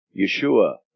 Yeshua